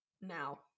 Now